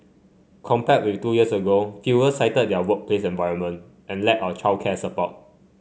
compared with two years ago fewer cited their workplace environment and lack or childcare support